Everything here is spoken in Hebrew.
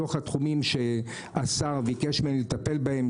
מתוך התחומים שהשר ביקש ממני לטפל בהם,